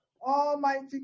Almighty